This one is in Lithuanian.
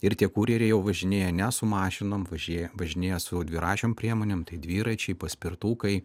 ir tie kurjereiai jau važinėja ne su mašinom važėja važinėja su dviračiom priemonėm tai dviračiai paspirtukai